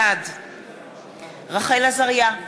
בעד רחל עזריה,